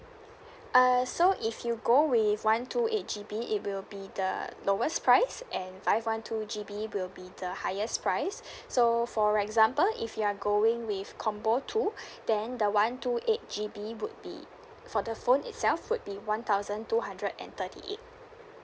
uh so if you go with one two eight G_B it will be the lowest price and five one two G_B will be the highest price so for example if you are going with combo two then the one two eight G_B would be for the phone itself would be one thousand two hundred and thirty eight